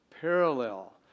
parallel